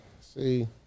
see